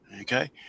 Okay